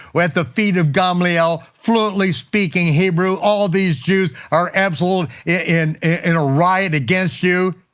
who at the feet of gamaliel fluently speaking hebrew all these jews are absolutely in and a riot against you.